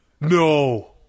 No